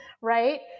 right